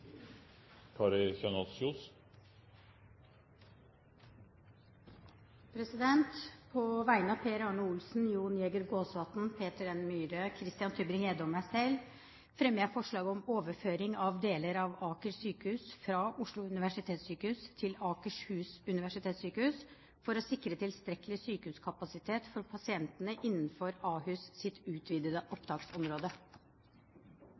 På vegne av Per Arne Olsen, Jon Jæger Gåsvatn, Peter N. Myhre, Christian Tybring-Gjedde og meg selv fremmer jeg forslag om overføring av deler av Aker sykehus fra Oslo universitetssykehus til Akershus universitetssykehus for å sikre tilstrekkelig sykehuskapasitet for pasientene innenfor Ahus' utvidede